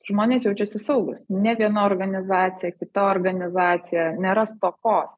žmonės jaučiasi saugūs ne viena organizacija kita organizacija nėra stokos